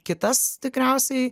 kitas tikriausiai